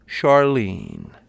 Charlene